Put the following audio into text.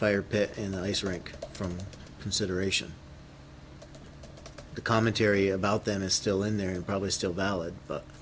the ice rink from consideration the commentary about them is still in there and probably still valid but